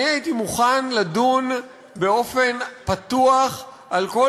הייתי מוכן לדון באופן פתוח על כל